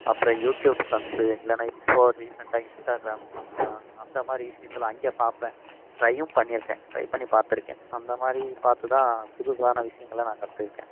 அப்புறம் யூட்யூப் சம்ஸு இல்லைனா இப்போது ரீசென்டாக இன்ஸ்டாகிராம் அந்த மாதிரி விஷயத்துல அங்கே பார்ப்பேன் ட்ரையும் பண்ணியிருக்கேன் ட்ரை பண்ணி பார்த்துருக்கேன் அந்த மாதிரி பார்த்து தான் புதுசான விஷயங்கள நான் கற்றுக்கிட்டேன்